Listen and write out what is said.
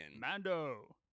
Mando